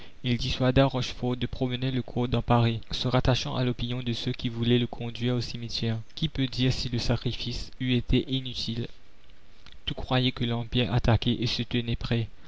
il dissuada rochefort de promener le corps dans paris se rattachant à l'opinion de ceux qui voulaient le conduire au cimetière qui peut dire si le sacrifice eût été inutile tous croyaient que l'empire attaquait et se tenaient prêts